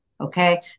okay